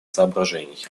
соображений